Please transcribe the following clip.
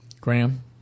Graham